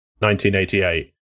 1988